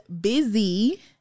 busy